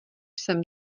jsem